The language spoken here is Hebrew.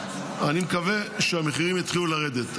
אני מקווה שהמחירים יתחילו לרדת.